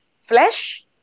flesh